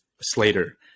Slater